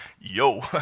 yo